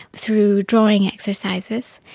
through drawing exercises,